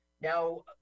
Now